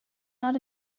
not